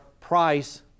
price